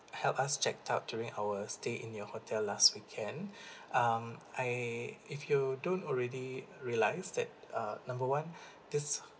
help us checked out during our stay in your hotel last weekend um I if you don't already realized that uh number one this